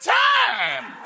time